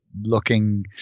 looking